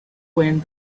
wind